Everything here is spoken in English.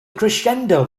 crescendo